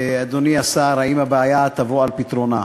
אדוני השר, האם הבעיה תבוא על פתרונה?